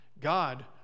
God